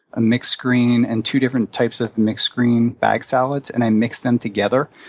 a mixed green, and two different types of mixed green-bagged salads, and i mix them together.